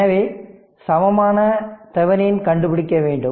எனவே சமமான தெவெனின் கண்டுபிடிக்க வேண்டும்